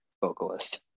vocalist